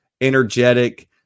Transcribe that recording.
energetic